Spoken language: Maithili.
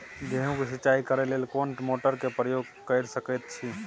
गेहूं के सिंचाई करे लेल कोन मोटर के प्रयोग कैर सकेत छी?